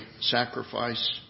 sacrifice